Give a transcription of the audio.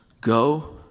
Go